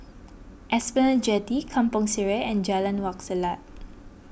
Esplanade Jetty Kampong Sireh and Jalan Wak Selat